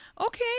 Okay